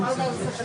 מעבר לזה שזו זכות.